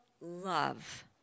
love